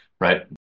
right